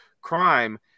crime